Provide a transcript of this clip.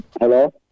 hello